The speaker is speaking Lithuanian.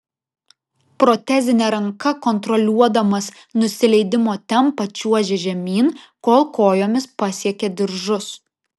protezine ranka kontroliuodamas nusileidimo tempą čiuožė žemyn kol kojomis pasiekė diržus